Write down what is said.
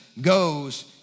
goes